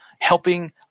helping